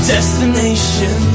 Destination